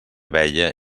veia